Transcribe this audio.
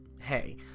hey